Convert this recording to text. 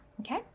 Okay